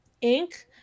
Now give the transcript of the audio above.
ink